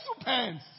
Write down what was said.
pants